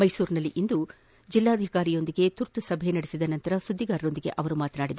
ಮೈಸೂರಿನಲ್ಲಿಂದು ಜಿಲ್ಲಾಧಿಕಾರಿಗಳೊಂದಿಗೆ ತುರ್ತು ಸಭೆ ನಡೆಸಿದ ಬಳಿಕ ಸುದ್ದಿಗಾರರೊಂದಿಗೆ ಅವರು ಮಾತನಾಡಿದರು